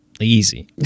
Easy